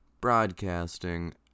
broadcasting